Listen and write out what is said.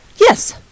yes